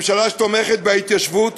ממשלה שתומכת בהתיישבות